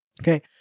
Okay